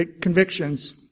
convictions